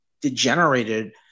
degenerated